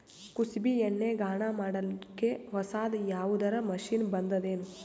ಕುಸುಬಿ ಎಣ್ಣೆ ಗಾಣಾ ಮಾಡಕ್ಕೆ ಹೊಸಾದ ಯಾವುದರ ಮಷಿನ್ ಬಂದದೆನು?